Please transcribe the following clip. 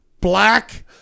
Black